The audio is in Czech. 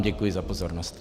Děkuji vám za pozornost.